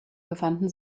befanden